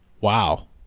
Wow